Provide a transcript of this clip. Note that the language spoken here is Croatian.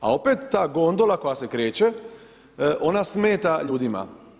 A opet ta gonudla koja se kreće, ona smeta ljudima.